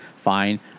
fine